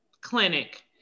clinic